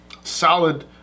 solid